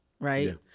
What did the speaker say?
Right